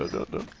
the